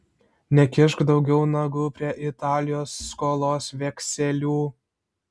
nekišk daugiau nagų prie italijos skolos vekselių